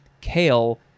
kale